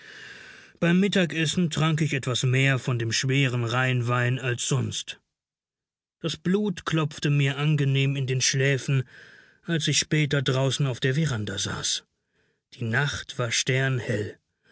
beim mittagessen trank ich etwas mehr von dem schweren rheinwein als sonst das blut klopfte mir angenehm in den schläfen als ich später draußen auf der veranda saß die nacht war sternhell